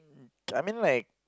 I mean like